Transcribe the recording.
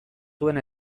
zuen